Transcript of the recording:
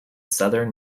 southern